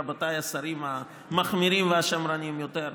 רבותיי השרים המחמירים והשמרנים יותר,